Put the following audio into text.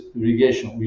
irrigation